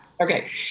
Okay